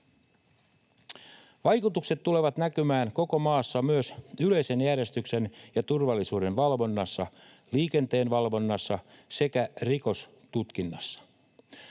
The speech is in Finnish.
Vaikutukset tulevat näkymään koko maassa myös yleisen järjestyksen ja turvallisuuden valvonnassa, liikenteen valvonnassa sekä rikostutkinnassa.